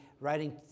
writing